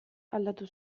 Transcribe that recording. aldatu